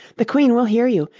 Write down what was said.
the queen will hear you!